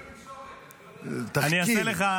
אני לא מבין בתקשורת, אני לא יודע.